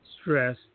stress